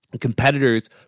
competitors